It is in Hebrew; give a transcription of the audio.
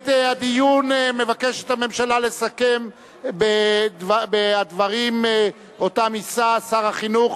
את הדיון מבקשת הממשלה לסכם בדברים שיישא שר החינוך,